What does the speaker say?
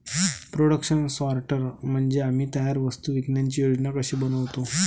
production sorter म्हणजे आम्ही तयार वस्तू विकण्याची योजना कशी बनवतो